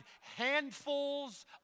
handfuls